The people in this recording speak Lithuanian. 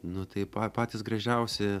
nu tai pa patys gražiausi